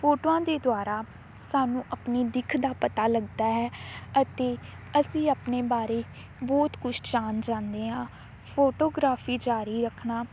ਫੋਟੋਆਂ ਦੇ ਦੁਆਰਾ ਸਾਨੂੰ ਆਪਣੀ ਦਿੱਖ ਦਾ ਪਤਾ ਲੱਗਦਾ ਹੈ ਅਤੇ ਅਸੀਂ ਆਪਣੇ ਬਾਰੇ ਬਹੁਤ ਕੁਛ ਜਾਣ ਜਾਂਦੇ ਆ ਫੋਟੋਗ੍ਰਾਫੀ ਜਾਰੀ ਰੱਖਣਾ